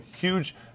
huge